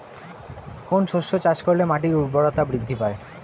কোন শস্য চাষ করলে মাটির উর্বরতা বৃদ্ধি পায়?